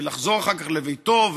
לחזור אחר כך לביתו,